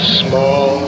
small